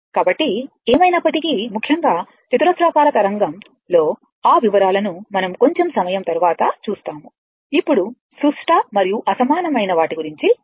కాబట్టి ఏమైనప్పటికీ ముఖ్యంగా చతురస్రాకార తరంగం లో ఆ వివరాలను మనం కొంచెం సమయం తర్వాత చూస్తాము ఇప్పుడు సుష్ట మరియు అసమానమైన వాటి గురించి చూద్దాము